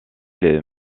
les